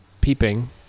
peeping